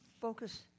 Focus